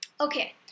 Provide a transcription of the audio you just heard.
Okay